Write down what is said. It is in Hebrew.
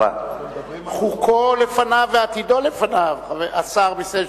חוקו לפניו ועתידו לפניו, השר מיסז'ניקוב.